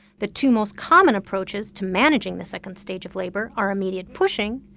the two most common approaches to managing the second stage of labor are immediate pushing,